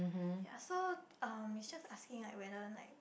ya so um it's just asking like whether like